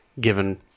given